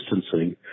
distancing